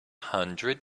hundred